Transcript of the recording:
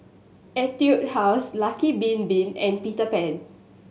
Etude House Lucky Bin Bin and Peter Pan